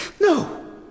no